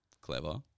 Clever